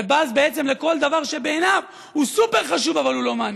ובז בעצם לכל דבר שבעיניו הוא סופר-חשוב אבל הוא לא מעניין.